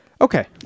Okay